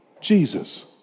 Jesus